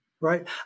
Right